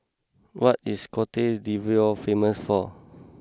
what is Cote d'Ivoire famous for